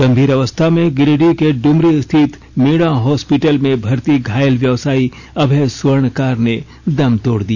गंभीर अवस्था में गिरिडीह के ड्मरी स्थित मीणा हॉस्पिटल में भर्ती घायल व्यवसायी अभय स्वर्णकार ने दम तोड़ दिया